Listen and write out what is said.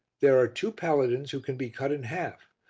there are two paladins who can be cut in half,